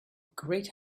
great